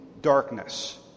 darkness